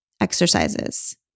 exercises